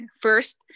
first